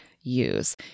use